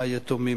היתומים,